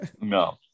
No